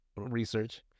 research